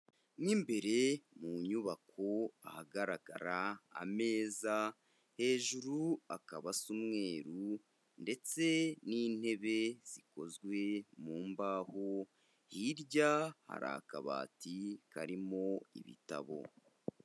Mo imbere mu nyubako ahagaragara ameza hejuru akaba asa umweru ndetse n'intebe zikozwe mu mbaho, hirya hari akabati karimo ibitabo.